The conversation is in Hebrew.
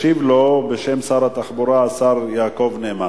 ישיב לו בשם שר התחבורה השר יעקב נאמן.